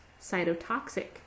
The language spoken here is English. cytotoxic